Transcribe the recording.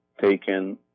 taken